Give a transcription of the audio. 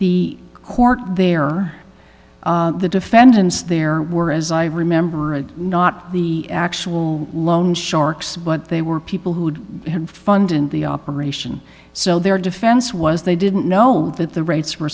the court they are the defendants there were as i remember it not the actual loan sharks but they were people who had funded the operation so their defense was they didn't know that the rates